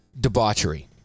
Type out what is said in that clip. Debauchery